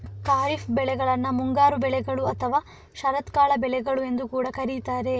ಖಾರಿಫ್ ಬೆಳೆಗಳನ್ನ ಮುಂಗಾರು ಬೆಳೆಗಳು ಅಥವಾ ಶರತ್ಕಾಲದ ಬೆಳೆಗಳು ಎಂದು ಕೂಡಾ ಕರೀತಾರೆ